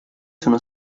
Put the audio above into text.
sono